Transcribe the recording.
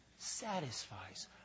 satisfies